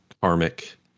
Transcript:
karmic